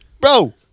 Bro